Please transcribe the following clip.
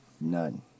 None